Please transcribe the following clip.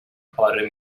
پاره